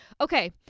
Okay